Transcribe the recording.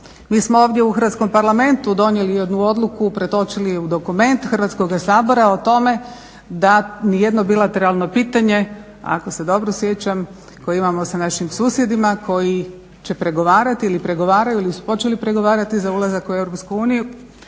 Mi smo ovdje u hrvatskom Parlamentu donijeli jednu odluku pretočili je dokument Hrvatskoga sabora o tome da nijedno bilateralno pitanje ako se dobro sjećam koje imamo sa našim susjedima koji će pregovarati ili pregovaraju ili su počeli pregovarati za ulazak u EU